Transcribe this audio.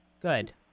Good